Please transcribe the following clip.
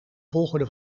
volgorde